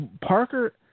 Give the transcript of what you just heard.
Parker